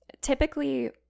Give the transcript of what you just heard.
typically